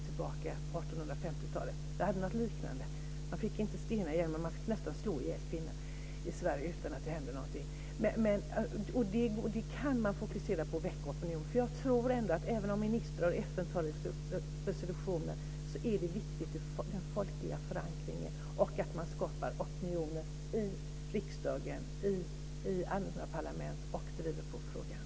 På 1850-talet fanns något liknande. Man fick inte stena, men man fick nästan slå ihjäl kvinnor i Sverige utan att det hände någonting. Det kan man fokusera på och väcka opinion. Den folkliga förankringen är viktig, även om ministrar och FN antar resolutioner. Det är viktigt att man skapar opinion i riksdagen, i alla parlament, och driver på frågan.